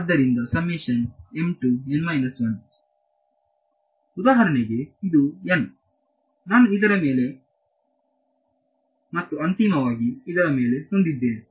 ಉದಾಹರಣೆಗೆ ಇದು n ನಾನುಇದರ ಮೇಲೆ ಇದರ ಮೇಲೆ ಮತ್ತು ಅಂತಿಮವಾಗಿ ಇದರ ಮೇಲೆ ಹೊಂದಿದ್ದೇನೆ